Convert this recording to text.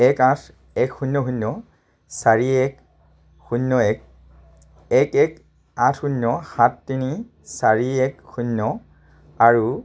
এক আঠ এক শূন্য শূন্য চাৰি এক শূন্য এক এক এক আঠ শূন্য সাত তিনি চাৰি এক শূন্য আৰু